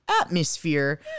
atmosphere